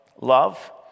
love